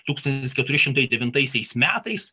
tūkstantis keturi šimtai devintaisiais metais